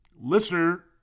listener